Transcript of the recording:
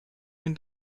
den